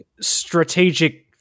strategic